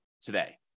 today